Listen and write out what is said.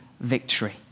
victory